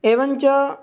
एवञ्च